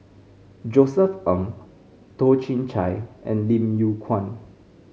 Josef Ng Toh Chin Chye and Lim Yew Kuan